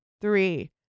Three